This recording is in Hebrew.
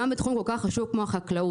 גם בתחום כל כך חשוב כמו החקלאות.